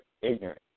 ignorant